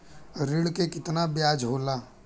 ऋण के कितना ब्याज होला?